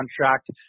contract